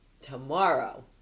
tomorrow